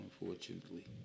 unfortunately